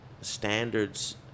standards